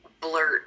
blurt